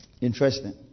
Interesting